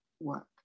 work